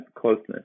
closeness